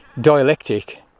dialectic